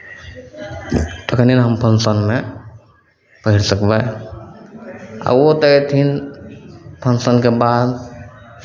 तखने हम फँक्शनमे पहिर सकबै आ ओ तऽ अयथिन फँक्शनके बाद